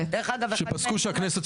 שמחליטים שהם הולכים ונותנים